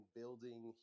building